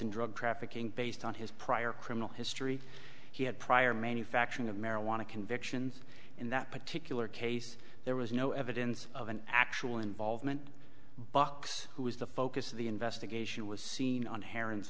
in drug trafficking based on his prior criminal history he had prior manufacturing of marijuana convictions in that particular case there was no evidence of an actual involvement bucks who was the focus of the investigation was seen on heron